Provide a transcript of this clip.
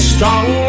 strong